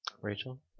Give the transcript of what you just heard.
Rachel